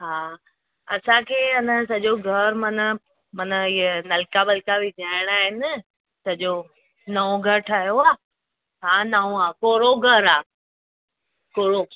हा असांखे आ न सॼो घरु मना मना इए नलका वलका विझाइणा आइन सॼो नओं घरु ठाराहियो आ हा नओं आ कोड़ो घरु आ कोड़ो